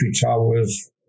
towers